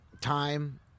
Time